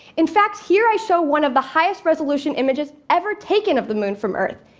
in fact, here i show one of the highest resolution images ever taken of the moon from earth.